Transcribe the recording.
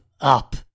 up